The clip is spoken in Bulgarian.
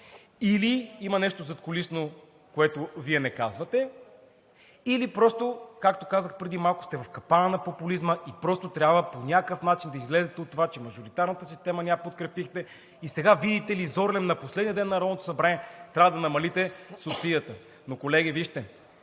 или има нещо задкулисно, което Вие не казвате, или просто, както казах преди малко, сте в капана на популизма и просто трябва по някакъв начин да излезете от това, че мажоритарната система не я подкрепихте и сега, видите ли, зорлем на последния ден на Народното събрание трябва да намалите субсидията. Но, колеги, вижте,